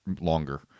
longer